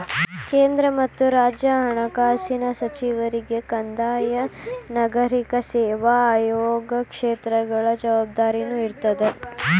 ಕೇಂದ್ರ ಮತ್ತ ರಾಜ್ಯ ಹಣಕಾಸಿನ ಸಚಿವರಿಗೆ ಕಂದಾಯ ನಾಗರಿಕ ಸೇವಾ ಆಯೋಗ ಕ್ಷೇತ್ರಗಳ ಜವಾಬ್ದಾರಿನೂ ಇರ್ತದ